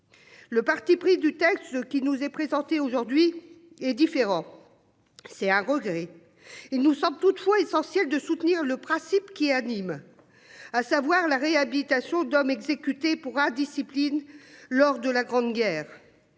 Le parti pris du texte ce qui nous est présentée aujourd'hui est différent. C'est un regret. Il nous semble toutefois essentiel de soutenir le principe qui anime. À savoir la réhabilitation d'hommes exécutés pourra. Lors de la Grande Guerre.